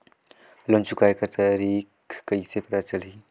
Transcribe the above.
Loan चुकाय कर तारीक कइसे पता चलही?